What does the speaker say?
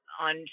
on